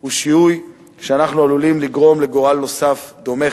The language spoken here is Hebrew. הוא שיהוי שאנחנו עלולים לגרום בו גורל נוסף דומה,